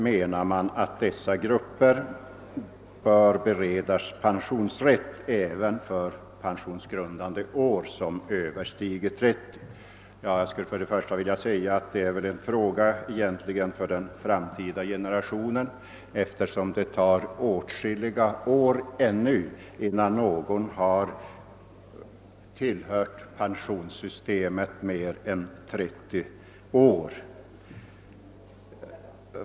Detta är väl egentligen en fråga för framtida generationer, eftersom det ännu tar åtskilliga år innan någon har tillhört pensionssystemet mer än 30 år.